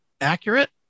accurate